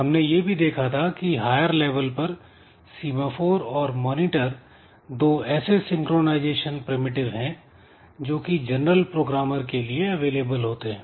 हमने यह भी देखा था कि हायर लेवल पर सीमाफोर और मॉनिटर दो ऐसे सिंक्रोनाइजेशन प्रिमिटिव है जोकि जनरल प्रोग्रामर के लिए अवेलेबल होते हैं